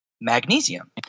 Magnesium